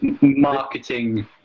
marketing